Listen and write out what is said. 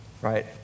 right